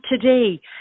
today